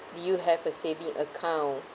do you have a saving account